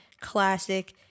classic